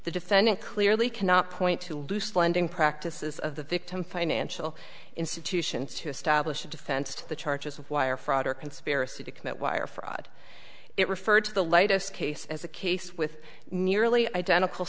the defendant clearly cannot point to loose lending practices of the victim financial institutions to establish a defense to the charges of wire fraud or conspiracy to commit wire fraud it referred to the latest case as a case with nearly identical